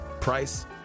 price